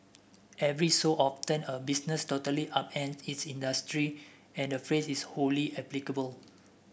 every so often a business totally upends its industry and the phrase is wholly applicable